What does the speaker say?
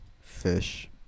Fish